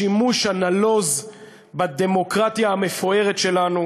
השימוש הנלוז בדמוקרטיה המפוארת שלנו